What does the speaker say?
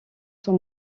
son